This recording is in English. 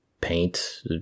paint